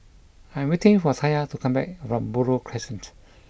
I am waiting for Taya to come back from Buroh Crescent